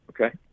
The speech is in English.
Okay